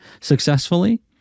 successfully